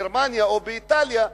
או בגרמניה או באיטליה,